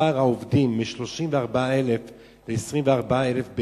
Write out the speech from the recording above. מספר העובדים מ-34,000 ל-24,000.